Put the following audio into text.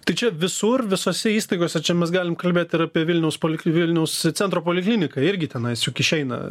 tai čia visur visose įstaigose čia mes galim kalbėt ir apie vilniaus polik vilniaus centro polikliniką irgi tenais juk išeina